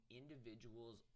individuals